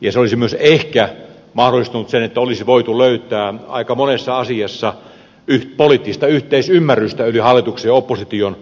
ja se olisi myös ehkä mahdollistanut sen että olisi voitu löytää aika monessa asiassa poliittista yhteisymmärrystä yli hallituksen ja opposition rajan